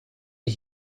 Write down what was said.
die